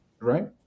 Right